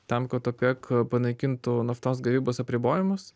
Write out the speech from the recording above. tam kad opek panaikintų naftos gavybos apribojimus